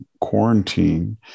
quarantine